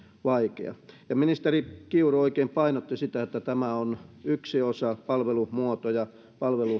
vaikea ministeri kiuru oikein painotti sitä että tämä on yksi osa palvelumuotoja